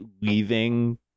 leaving